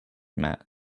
mat